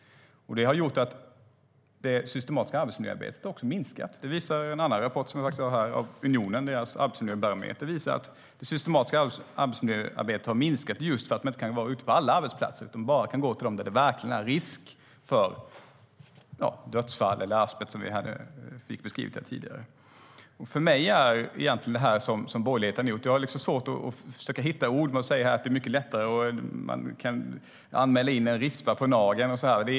Det har gjort att det systematiska arbetsmiljöarbetet minskat. Det visar en rapport av Unionen som jag har här. Deras arbetsmiljöbarometer visar att det systematiska arbetsmiljöarbetet har minskat just för att man inte kan vara ute på alla arbetsplatser utan bara kan gå till dem där det verkligen finns risk för dödsfall eller där det till exempel finns asbest, vilket vi fick en beskrivning av här tidigare. Jag har svårt att hitta ord för att beskriva det som borgerligheten gjort. Katarina Brännström säger att det är mycket lättare att göra anmälningar nu och att man kan anmäla in en rispa på nageln.